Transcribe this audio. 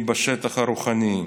היא בשטח הרוחני.